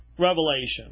revelation